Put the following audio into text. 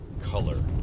color